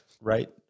Right